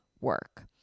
work